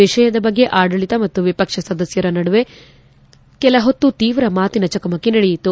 ವಿಷಯದ ಬಗ್ಗೆ ಆಡಳಿತ ಮತ್ತು ವಿಪಕ್ಷ ಸದಸ್ಕರ ನಡುವೆ ಕೆಲ ಹೊತ್ತು ತೀವ್ರ ಮಾತಿನ ಚಕಮಕಿ ನಡೆಯಿತು